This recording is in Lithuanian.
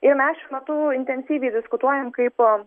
ir mes šiuo metu intensyviai diskutuojam kaip